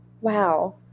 Wow